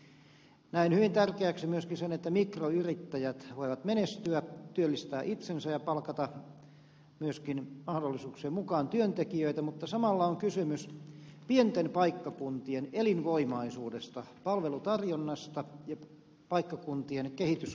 näen hyvin tärkeäksi myöskin sen että mikroyrittäjät voivat menestyä työllistää itsensä ja palkata myöskin mahdollisuuksien mukaan työntekijöitä mutta samalla on kysymys pienten paikkakuntien elinvoimaisuudesta palvelutarjonnasta ja paikkakuntien kehityskyvystä